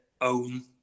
own